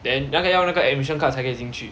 then 那个要那个 admission card 才可以进去